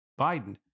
Biden